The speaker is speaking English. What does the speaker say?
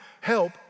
help